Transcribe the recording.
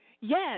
Yes